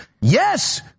Yes